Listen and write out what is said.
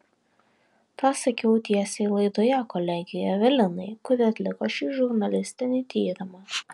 tą sakiau tiesiai laidoje kolegei evelinai kuri atliko šį žurnalistinį tyrimą